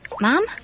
mom